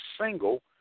single